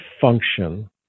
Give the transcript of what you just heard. function